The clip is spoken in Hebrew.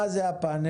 מה זה הפאנל?